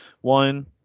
one